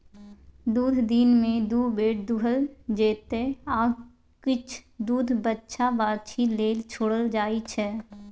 दुध दिनमे दु बेर दुहल जेतै आ किछ दुध बछ्छा बाछी लेल छोरल जाइ छै